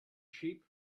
sheep